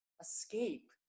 escape